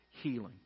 healing